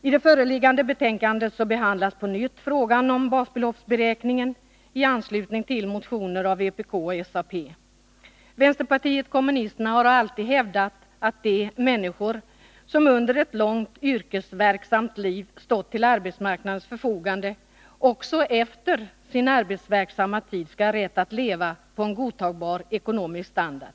I det föreliggande betänkandet behandlas på nytt frågan om basbeloppsberäkningen i anslutning till motioner av vpk och socialdemokraterna. Vänsterpartiet kommunisterna har alltid hävdat att de människor som under ett långt yrkesverksamt liv stått till arbetsmarknadens förfogande också efter sin arbetsverksamma tid skall ha rätt att leva på en godtagbar ekonomisk standard.